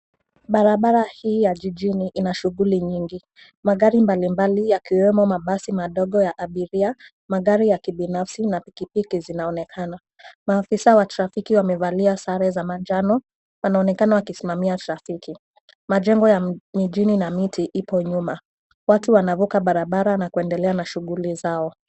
Barabara hii ya jijini ina shughuli nyingi. Magari mbalimbali yakiwemo mabasi madogo ya abiria, magari ya kibinafsi na pikipiki zinaonekana. Maafisa wa trafiki wamevalia sare za manjano wanaonekana wakisimamia trafiki. Majengo ya mijini na miti ipo nyuma. Watu wanavuka barabara na kuendelea na shughuli zao.